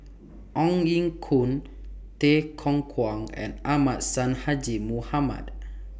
Ong Ye Kung Tay Kung Kwang and Ahmad Sonhadji Mohamad